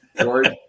George